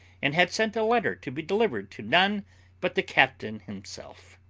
and had sent a letter to be delivered to none but the captain himself.